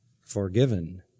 forgiven